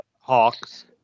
Hawks